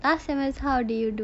last semester how did you do